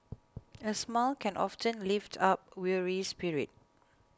a smile can often lift up a weary spirit